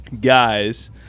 Guys